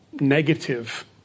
negative